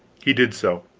he did so.